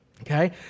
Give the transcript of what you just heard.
okay